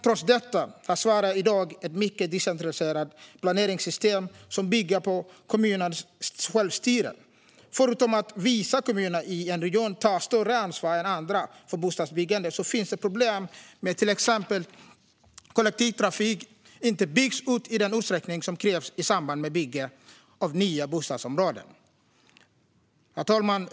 Trots detta har Sverige i dag ett mycket decentraliserat planeringssystem, som bygger på kommunernas självstyre. Förutom att vissa kommuner i en region tar större ansvar än andra för bostadsbyggandet finns det problem med till exempel att kollektivtrafik inte byggs ut i den utsträckning som krävs i samband med bygge av nya bostadsområden. Herr talman!